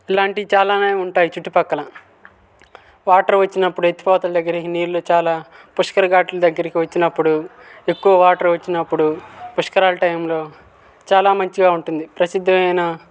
ఇలాంటివి చాలానే ఉంటాయి చుట్టు పక్కల వాటర్ వచ్చినప్పుడు ఎత్తిపోతల దగ్గర నీళ్ళు చాలా పుష్కర్ ఘాట్ల దగ్గరికి వచ్చినప్పుడు ఎక్కువ వాటర్ వచ్చినప్పుడు పుష్కరాల టైంలో చాలా మంచిగా ఉంటుంది ప్రసిద్ధమైన